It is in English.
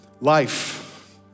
life